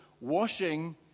washing